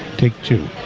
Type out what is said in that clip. take two